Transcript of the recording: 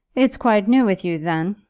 it's quite new with you, then,